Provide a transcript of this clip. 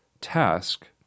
task